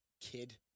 kid